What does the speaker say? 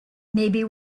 maybe